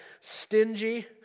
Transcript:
stingy